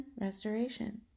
restoration